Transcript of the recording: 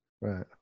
Right